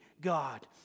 God